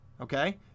Okay